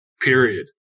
period